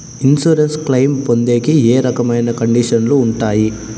Insurance claim పొందేకి ఏ రకమైన కండిషన్లు ఉంటాయి?